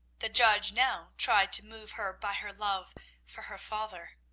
the judge now tried to move her by her love for her father.